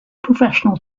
professional